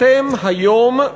אתם היום,